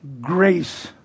grace